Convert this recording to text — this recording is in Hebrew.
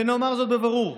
ונאמר זאת בבירור: